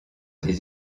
des